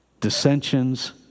dissensions